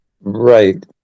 right